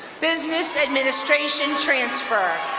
business administration transfer.